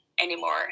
anymore